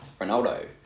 Ronaldo